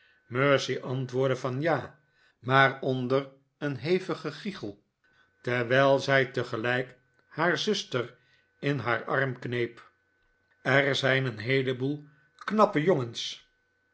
mercy antwoordde van ja maar onder een hevig gegichel terwijl zij tegelijk haar zuster in haar arm kneep er zijn een heeleboel knappe jongens